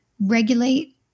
regulate